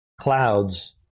clouds